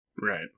right